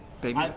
Baby